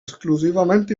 exclusivament